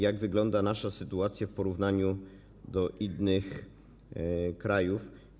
Jak wygląda nasza sytuacja w porównaniu do innych krajów?